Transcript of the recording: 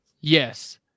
Yes